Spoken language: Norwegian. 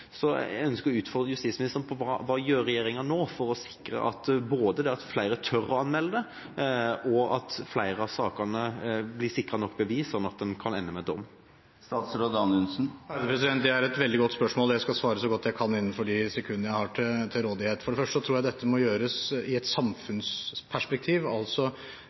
å sikre både at flere tør å anmelde en voldtekt, og at det i flere av sakene blir sikret nok bevis, slik at saken kan ende med en dom? Det er et veldig godt spørsmål. Jeg skal svare så godt jeg kan – innenfor de sekundene jeg har til rådighet. For det første tror jeg dette må gjøres i et samfunnsperspektiv.